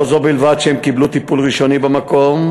לא זו בלבד שהם קיבלו טיפול ראשוני במקום,